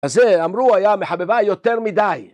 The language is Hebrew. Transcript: אז זה אמרו היה מחבבה יותר מדי